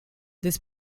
this